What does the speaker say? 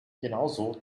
genauso